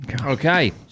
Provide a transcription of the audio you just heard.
Okay